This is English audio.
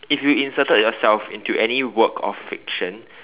if you inserted yourself into any work of fiction